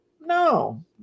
No